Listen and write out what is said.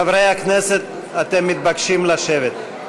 חברי הכנסת, אתם מתבקשים לשבת.